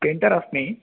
painter अस्मि